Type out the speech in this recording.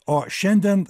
o šiandien